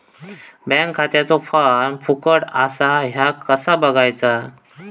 Bank खात्याचो form फुकट असा ह्या कसा बगायचा?